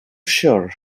sure